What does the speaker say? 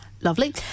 Lovely